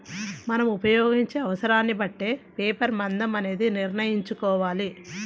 మనం ఉపయోగించే అవసరాన్ని బట్టే పేపర్ మందం అనేది నిర్ణయించుకోవాలి